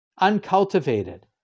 uncultivated